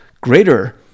greater